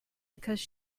because